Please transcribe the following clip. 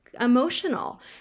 emotional